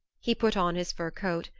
he put on his fur coat,